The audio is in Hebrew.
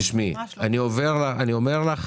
תשמעי, אני אומר לך